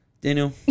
Daniel